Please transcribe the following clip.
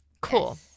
Cool